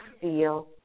feel